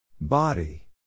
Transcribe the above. Body